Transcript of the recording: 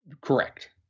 Correct